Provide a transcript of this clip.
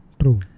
true